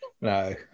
No